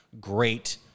great